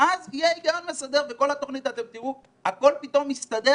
כך יהיה היגיון מסדר בכל התוכנית ואתם תראו שהכול פתאום מסתדר